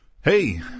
Hey